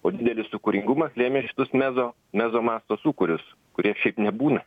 o didelis sūkuringumas lėmė šitus mezo mezomasto sūkurius kurie šiaip nebūna